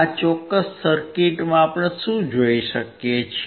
આ ચોક્કસ સર્કિટમાં આપણે શું જોઈ શકીએ